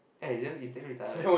eh its damn its damn retarded